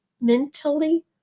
mentally